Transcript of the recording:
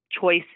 choice